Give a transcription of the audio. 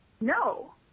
No